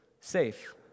safe